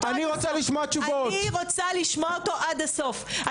אני רוצה לשמוע אותו עד הסוף.